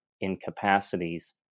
incapacities